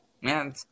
Man